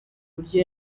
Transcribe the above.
buryo